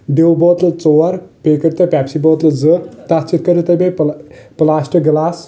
ڈِو بٲتلہٕ ژور بییٚہِ کٔرۍتو پیٚپسی بٲتلہٕ زٕ تتھ سۭتۍ کٔرو تُہۍ بییٚہِ پُلا پُلاسٹِک گِلاس